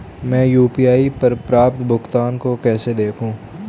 मैं यू.पी.आई पर प्राप्त भुगतान को कैसे देखूं?